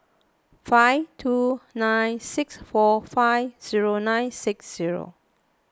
five two nine six four five zero nine six zero